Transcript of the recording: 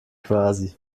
quasi